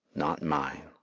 not mine,